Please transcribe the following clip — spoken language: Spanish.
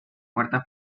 cuarta